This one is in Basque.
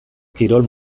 kirol